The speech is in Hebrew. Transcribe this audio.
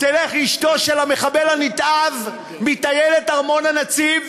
תלך אשתו של המחבל הנתעב מטיילת ארמון-הנציב,